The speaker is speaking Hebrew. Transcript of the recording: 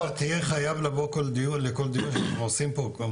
אתה תהיה חייב לבוא לכל דיון שאנחנו עושים פה.